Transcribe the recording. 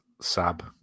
sab